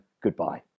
goodbye